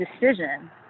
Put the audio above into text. decision